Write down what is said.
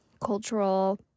cultural